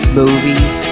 movies